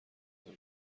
بودم